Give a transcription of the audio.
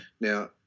Now